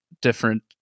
different